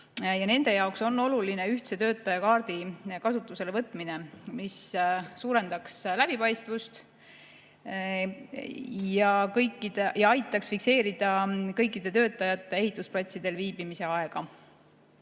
Nende jaoks on oluline ühtse töötaja kaardi kasutusele võtmine, mis suurendaks läbipaistvust ja aitaks fikseerida kõikide töötajate ehitusplatsil viibimise aega.